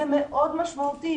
זה מאוד משמעותי,